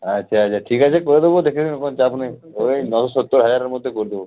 আচ্ছা আচ্ছা ঠিক আছে করে দেবো দেখে নেবো কোনো চাপ নেই ওই নশো সত্তর হাজারের মধ্যে করে দেবো